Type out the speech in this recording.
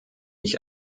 ich